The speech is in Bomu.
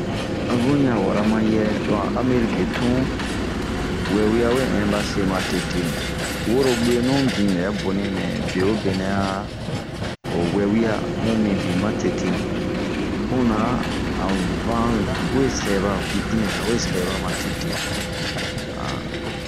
Abun unya wura mayɛ lo a Amɛriki tun wɛwia we ɛnba se matete. Woro guenu bɛ bonibin matete mɛɛbe o be nɛ a wɛwia bun min bin matete.puna han van za ,pinpinza we sɛba matete.